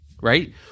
right